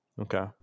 Okay